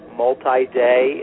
multi-day